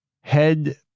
head